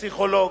פסיכולוג,